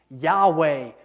Yahweh